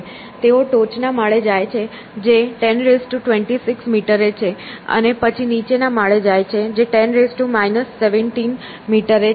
તેઓ ટોચનાં માળે જાય છે જે 1026 મીટરે છે અને પછી નીચેના માળે જાય છે જે 10 17 મીટરે છે